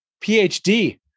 PhD